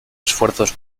esfuerzos